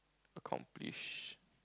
accomplish